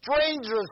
strangers